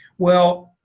well,